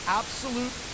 absolute